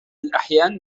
الأحيان